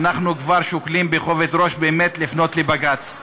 אנחנו כבר שוקלים בכובד ראש באמת לפנות לבג"ץ.